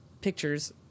pictures